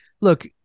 look